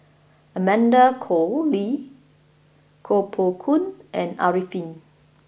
Amanda Koe Lee Koh Poh Koon and Arifin